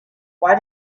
why